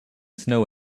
snow